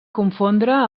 confondre